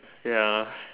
ya